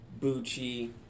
Bucci